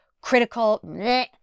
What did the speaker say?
critical